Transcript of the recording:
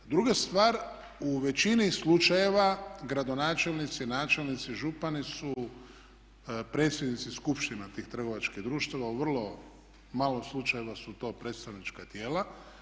Druga stvar, u većini slučajeva gradonačelnici, načelnici, župani su predsjednici skupština tih trgovačkih društava, u vrlo malo slučajeva su to predstavnička tijela.